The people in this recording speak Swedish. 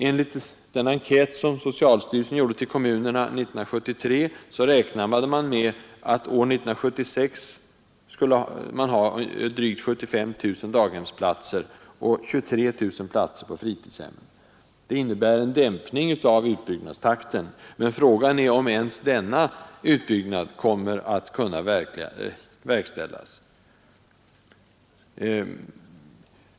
Enligt den enkät som socialstyrelsen ställde till kommunerna 1973 räknade man med att år 1976 ha 76 000 daghemsplatser och 23 000 platser på fritidshem. Det innebär en dämpning av utbyggnadstakten. Men frågan är om ens denna utbyggnad kommer att kunna förverkligas.